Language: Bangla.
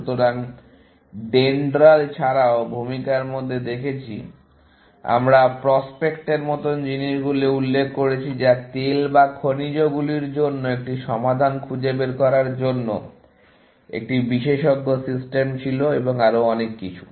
সুতরাং ডেনড্রাল ছাড়াও ভূমিকার মধ্যে দেখেছি আমরা প্রসপেক্টরের মতো জিনিসগুলি উল্লেখ করেছি যা তেল বা খনিজগুলির জন্য একটি সম্ভাবনা খুঁজে বের করার জন্য একটি বিশেষজ্ঞ সিস্টেম ছিল এবং আরও অনেক কিছু